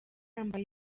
yambaye